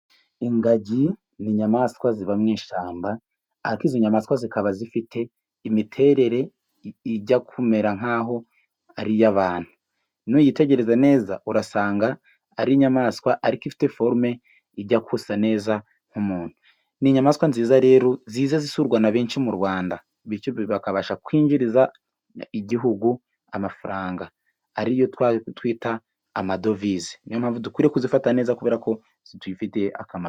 Ingagi ni inyamaswa ziba mu ishyamba, ariko izo nyamaswa zikaba zifite imiterere ijya kumera nk'aho ari iy'abantu, n'uyitegereza neza urasanga ari inyamaswa, ariko ifite forume ijya gusa neza nk' umuntu, n'inyamaswa nziza rero ziza zisurwa na benshi mu Rwanda bityo bakabasha kwinjiriza igihugu amafaranga ariyo twa twita amadovize, niyo mpamvu dukwiye kuzifata neza kubera ko zidufitiye akamaro.